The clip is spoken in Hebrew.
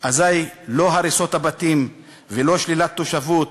לא הריסת בתים, ולא שלילת תושבות,